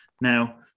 Now